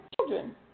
children